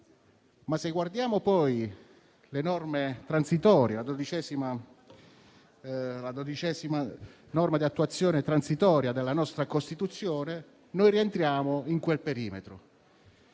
Se guardiamo però poi le norme transitorie e in particolare la XII norma di attuazione transitoria della nostra Costituzione, noi rientriamo in quel perimetro.